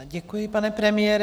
Děkuji, pane premiére.